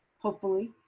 hopefully,